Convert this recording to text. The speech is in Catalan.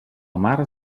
mar